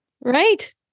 Right